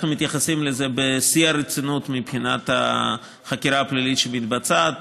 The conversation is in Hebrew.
אנחנו מתייחסים לזה בשיא הרצינות מבחינת החקירה הפלילית שמתבצעת.